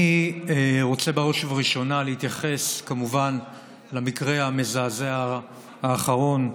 אני רוצה בראש ובראשונה להתייחס כמובן למקרה המזעזע האחרון,